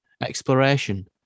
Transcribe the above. Exploration